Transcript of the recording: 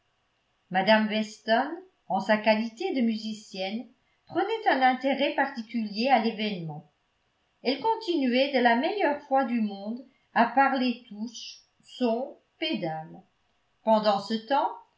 mme weston en sa qualité de musicienne prenait un intérêt particulier à l'événement elle continuait de la meilleure foi du monde à parler touches sons pédales pendant ce temps